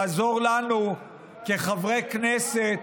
תעזור לנו כחברי כנסת,